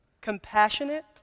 compassionate